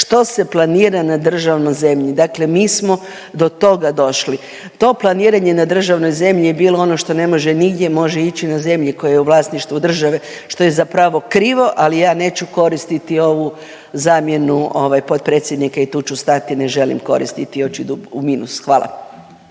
što se planira na državnoj zemlji. Dakle, mi smo do toga došli. To planiranje na državnoj zemlji je bilo ono što ne može nigdje, može ići na zemlji koje je u vlasništvu države što je zapravo krivo, ali ja neću koristiti ovu zamjenu potpredsjednika i tu ću stati. Ne želim koristiti i ući u minus. Hvala.